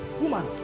Woman